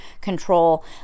control